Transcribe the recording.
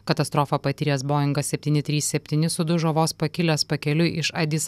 katastrofą patyręs boingas septyni trys septyni sudužo vos pakilęs pakeliui iš adis